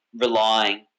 relying